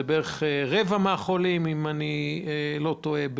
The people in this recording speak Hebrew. שזה בערך רבע מהחולים אם אני לא טועה,